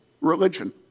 religion